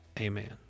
Amen